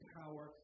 power